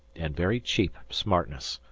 and very cheap smartness.